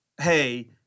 Hey